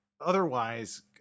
otherwise